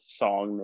song